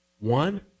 One